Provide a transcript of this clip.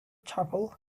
chapel